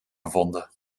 gevonden